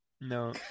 No